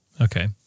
Okay